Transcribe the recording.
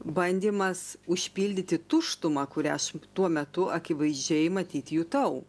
bandymas užpildyti tuštumą kurią aš tuo metu akivaizdžiai matyt jutau